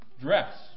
dress